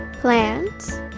plants